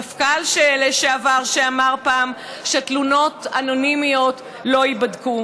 מפכ"ל לשעבר שאמר פעם שתלונות אנונימיות לא ייבדקו,